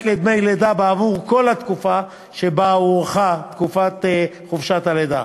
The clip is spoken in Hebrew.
לדמי לידה בעבור כל התקופה שבה הוארכה תקופת חופשת הלידה.